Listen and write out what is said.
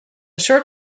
short